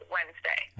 Wednesday